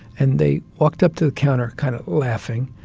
and they walked up to the counter kind of laughing.